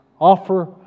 offer